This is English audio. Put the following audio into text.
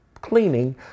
cleaning